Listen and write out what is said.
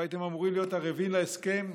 לא הייתם אמורים להיות ערבים להסכם?